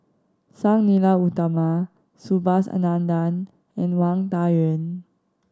Sang Nila Utama Subhas Anandan and Wang Dayuan